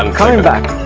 um coming back!